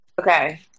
Okay